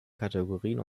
kategorien